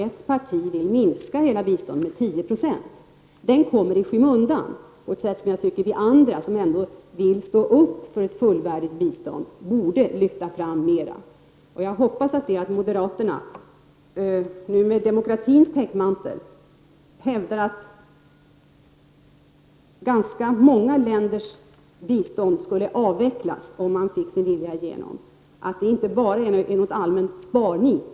Ett parti vill minska vårt bistånd med 10 26. Den frågan har kommit i skymundan. Vi andra, som vill stå upp för ett fullvärdigt bistånd, bör lyfta fram den frågan mer. När moderaterna under demokratins täckmantel hävdar att biståndet till många länder skulle avvecklas om de fick sin vilja igenom, så hoppas jag att de inte säger detta av allmänt sparnit.